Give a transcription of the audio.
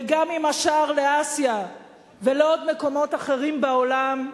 וגם עם השער לאסיה ולעוד מקומות אחרים בעולם.